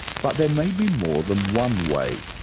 but there may be more than one way.